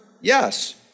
Yes